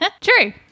True